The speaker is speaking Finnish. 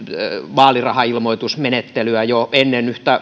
vaalirahailmoitusmenettelyä jo ennen